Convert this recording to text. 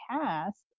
cast